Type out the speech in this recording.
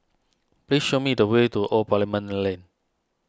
please show me the way to Old Parliament Lane